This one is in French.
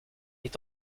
est